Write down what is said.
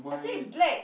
I said black